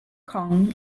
kong